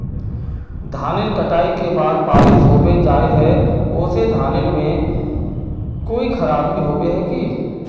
धानेर कटाई के बाद बारिश होबे जाए है ओ से धानेर में कोई खराबी होबे है की?